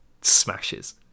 smashes